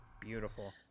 beautiful